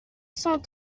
cent